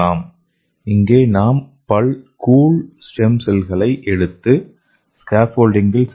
இங்கே நாம் பல் கூழ் ஸ்டெம் செல்களை எடுத்து ஸ்கேபோல்டிங்கில் சேர்க்கலாம்